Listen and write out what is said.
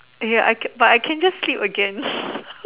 ya I can but I can just sleep again